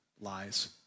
lies